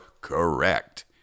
correct